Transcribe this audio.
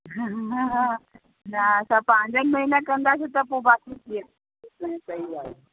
हा न असां पंहिंजनि में न कंदासीं त पोइ बाक़ी कीअं न सही ॻाल्हि आहे